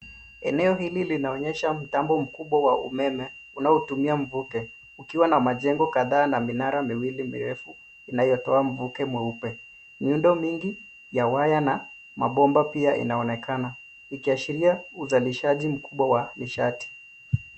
Eneo hili linaonyesha mtambo mkubwa wa umeme, unaotumia mvuke, ukiwa na majengo kadhaa na minara miwili mirefu, inayotoa mvuke mweupe. Uyundo mwingi ya waya na mabomba pia inaonekana. Ikiashiria uzalishaji mkubwa wa nishati.